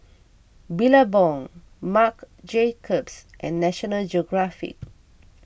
Billabong Marc Jacobs and National Geographic